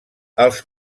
els